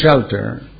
shelter